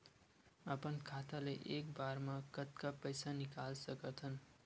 अपन खाता ले एक बार मा कतका पईसा निकाल सकत हन?